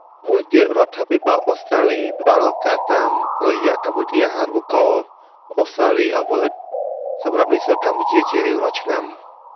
មួយទៀត រដ្ឋាភិបាលអូស្ត្រាលីផ្តល់ឱកាសតាមរយៈកម្មវិធីអាហារូបករណ៍អូស្ត្រាលី(Awards)សម្រាប់និស្សិតកម្ពុជាជារៀងរាល់ឆ្នាំ។